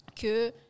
que